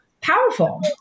powerful